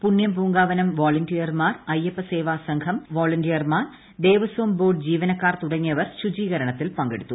പുണൃം പൂങ്കാവനം വോളന്റിയർമാർ അയ്യപ്പസേവാസംഘം വാളണ്ടിയർമാർ ദേവസ്വം ബോർഡ് ജീവനക്കാർ തുടങ്ങിയവർ ശുചീകരണത്തിൽ പങ്കെടുത്തു